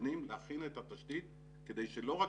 מתכוונים להכין את התשתית כדי שלא רק